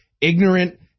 ignorant